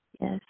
yes